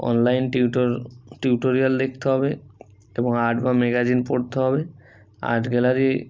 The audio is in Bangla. অনলাইন টিউটর টিউটোরিয়াল দেখতে হবে এবং আর্ট বা ম্যাগাজিন পড়তে হবে আর্ট গ্যালারি